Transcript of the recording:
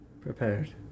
Prepared